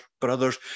brothers